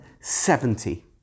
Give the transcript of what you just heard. Seventy